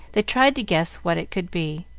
they tried to guess what it could be.